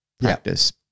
practice